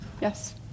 Yes